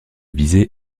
visée